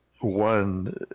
one